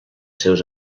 seus